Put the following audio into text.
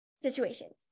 situations